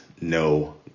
no